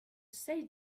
say